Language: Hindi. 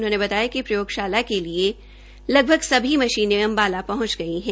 उन्होंने बताया कि प्रयोगशाला के लिए लगभग सभी मशीने अम्बाला पहुंच गई है